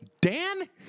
Dan